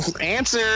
Answer